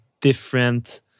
different